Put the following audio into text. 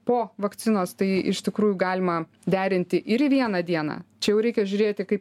po vakcinos tai iš tikrųjų galima derinti ir į vieną dieną čia jau reikia žiūrėti kaip